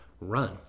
run